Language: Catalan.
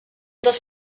dels